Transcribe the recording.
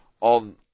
on